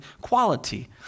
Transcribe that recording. quality